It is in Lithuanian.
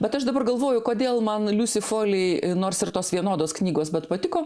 bet aš dabar galvoju kodėl man liusi foli nors ir tos vienodos knygos bet patiko